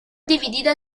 dividida